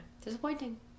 Disappointing